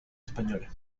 española